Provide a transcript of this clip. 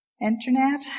internet